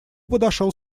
подошел